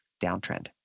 downtrend